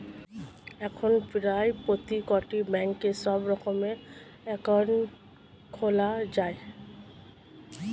এখন প্রায় প্রত্যেকটি ব্যাঙ্কে সব রকমের অ্যাকাউন্ট খোলা যায়